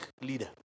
leader